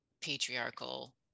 patriarchal